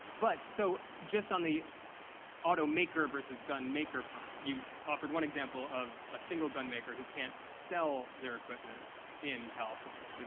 but, so, just on the automaker versus gunmaker front, you offered one example of a single gunmaker who can't sell their equipment in california. and